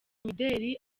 imideli